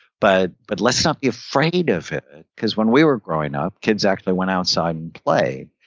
but but let's not be afraid of it because when we were growing up, kids actually went outside and play.